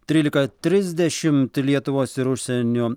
trylika trisdešimt lietuvos ir užsienio